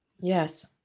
Yes